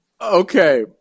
Okay